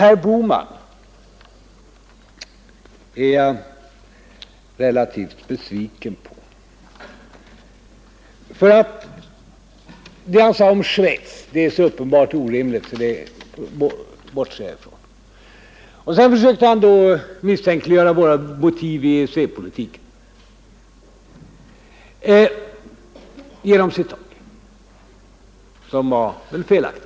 Jag är relativt besviken på herr Bohman. Det han sade om Schweiz är så uppenbart orimligt att jag bortser från det. Sedan försökte han misstänkliggöra våra motiv i EEC-politiken genom citat som var felaktiga.